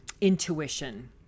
intuition